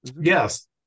yes